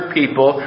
people